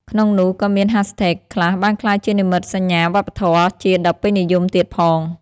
ក្នុងនោះ ក៏មានហាស់ថេក ខ្លះបានក្លាយជានិមិត្តសញ្ញាវប្បធម៌ជាតិដ៏ពេញនិយមទៀតផង។